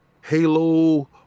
Halo